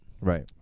Right